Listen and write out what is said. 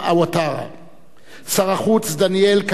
שר החוץ דניאל קבלאן דאנקאן,